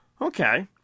Okay